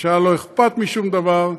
לממשלה לא אכפת משום דבר,